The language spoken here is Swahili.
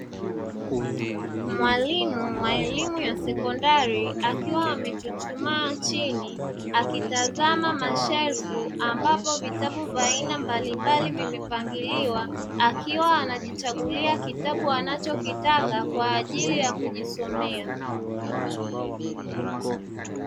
Mwalimu wa elimu ya sekondari akiwa amechuchumaa chini akitazama mashelfu, ambapo vitabu vya aina mbalimbali vimepangiliwa, akiwa anajichagulia kitabu anachokitaka kwa ajili ya kujisomea.